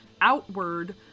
outward